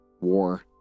war